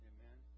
Amen